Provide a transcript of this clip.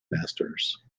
masters